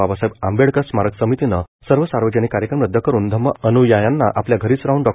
बाबासाहेब आंबेडकर स्मारक समितीनं सर्व सार्वजनिक कार्यक्रम रद्द करून धम्म अन्यायांना आपल्या घरीच राहन डॉ